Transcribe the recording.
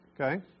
Okay